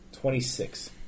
twenty-six